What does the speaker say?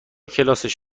کلاسش